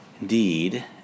Indeed